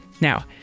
Now